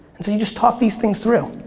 and so you just talk these things through.